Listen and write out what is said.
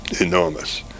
Enormous